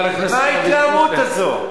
מה ההתלהמות הזאת?